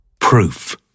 Proof